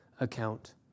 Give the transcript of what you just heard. account